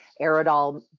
Aerodol